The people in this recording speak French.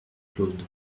claude